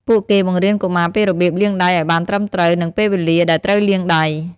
ពួកគេបង្រៀនកុមារពីរបៀបលាងដៃឱ្យបានត្រឹមត្រូវ និងពេលវេលាដែលត្រូវលាងដៃ។